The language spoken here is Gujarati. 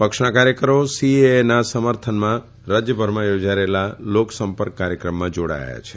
પક્ષના કાર્યકરો સીએએના સમર્થનમાં રાજયભરમાં થોજાઇ રહેલા લોકસંપર્ક કાર્યક્રમમાં જોડાયા છે